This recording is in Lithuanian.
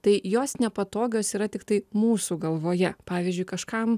tai jos nepatogios yra tiktai mūsų galvoje pavyzdžiui kažkam